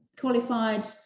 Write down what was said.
Qualified